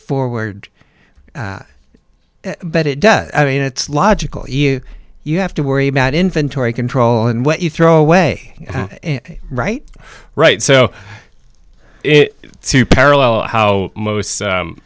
forward but it does i mean it's logical you you have to worry about inventory control and what you throw away right right so it to parallel how most